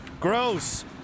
Gross